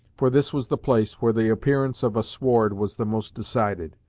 for this was the place where the appearance of a sward was the most decided.